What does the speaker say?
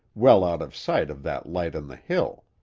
well out of sight of that light on the hill.